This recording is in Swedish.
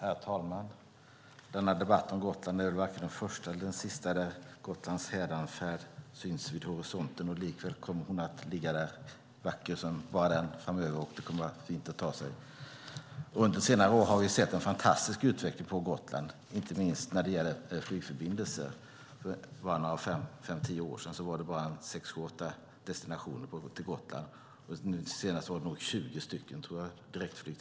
Herr talman! Denna debatt om Gotland är varken den första eller den sista där Gotlands hädanfärd syns vid horisonten. Likväl kommer hon att ligga där framöver, vacker som bara den, och det kommer att vara fint att ta sig dit. Under senare år har vi sett en fantastisk utveckling på Gotland, inte minst när det gäller flygförbindelser. För bara fem-tio år sedan var det bara sex, sju eller åtta förbindelser till Gotland, och senast tror jag att det var 20 direktflyg.